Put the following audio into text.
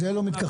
לזה לא מתכחשים.